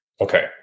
Okay